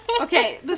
Okay